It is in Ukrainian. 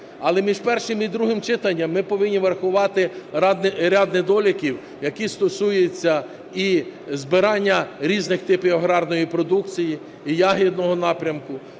Але між першим і другим читанням ми повинні врахувати ряд недоліків, які стосуються і збирання різних типів аграрної продукції і ягідного напрямку.